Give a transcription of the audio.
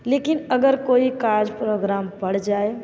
लेकिन अगर कोई काज प्रोग्राम पड़ जाए